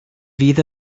fydd